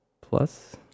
Plus